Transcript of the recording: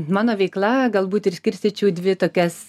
mano veikla galbūt ir skirstyčiau dvi tokias